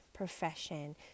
profession